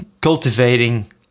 cultivating